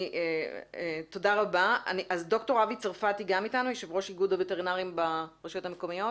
תודה רבה ד"ר אבי צרפתי יו"ר איגוד הווטרינרים ברשויות המקומיות